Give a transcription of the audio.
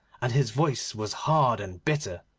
and his voice was hard and bitter.